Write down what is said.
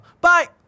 Bye